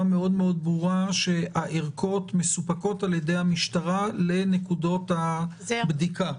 מאוד מאוד ברורה שהערכות מסופקות על ידי המשטרה לנקודות הבדיקה,